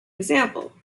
example